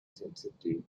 sensitive